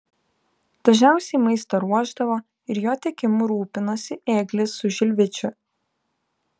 dažniausiai maistą ruošdavo ir jo tiekimu rūpinosi ėglis su žilvičiu